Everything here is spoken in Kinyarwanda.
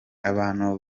abantu